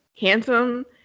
handsome